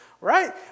right